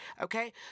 Okay